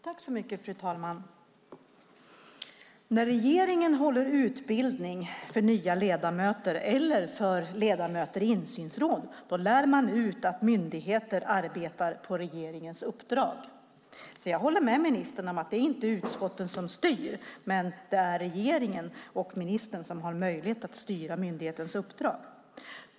Fru talman! När regeringen håller utbildning för nya ledamöter eller för ledamöter i insynsråd lär man ut att myndigheter arbetar på regeringens uppdrag, så jag håller med ministern om att det inte är utskotten som styr. Det är regeringen och därmed ministern som har möjligheter att styra myndighetens uppdrag.